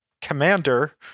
commander